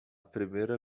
primeira